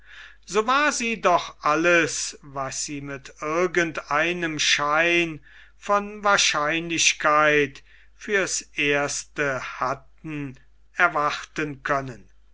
so war sie doch alles was sie mit irgend einem schein von wahrscheinlichkeit fürs erste hatten erwarten können